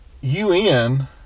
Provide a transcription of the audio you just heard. UN